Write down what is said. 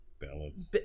balance